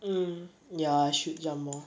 mm ya I should jump more